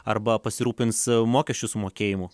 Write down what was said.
arba pasirūpins mokesčių sumokėjimu